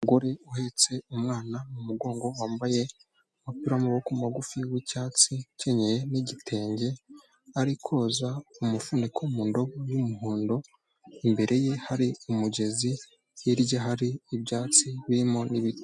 Umugore uhetse umwana mu mugongo wambaye umupira amaboko magufi wicyatsi akenyeye n'igitenge, ari koza umufuniko mu indobo y'umuhondo, imbere ye hari umugezi hirya hari ibyatsi birimo n'ibiti.